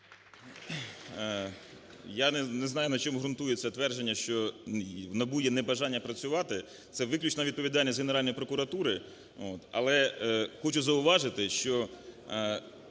Я не знаю, на чому ґрунтується твердження, що в НАБУ є небажання працювати. Це виключно відповідальність Генеральної прокуратури. Але хочу зауважити, що